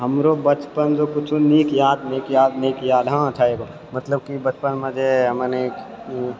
हमरो बचपन रऽ कुछो नीक याद नीक याद नीक याद हाँ छै एगो मतलब कि बचपनमे जे हमनी